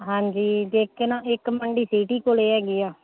ਹਾਂਜੀ ਦੇਖ ਕੇ ਨਾ ਇੱਕ ਮੰਡੀ ਸੀਟੀ ਕੋਲ ਹੈਗੀ ਆ